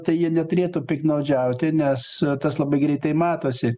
tai jie neturėtų piktnaudžiauti nes tas labai greitai matosi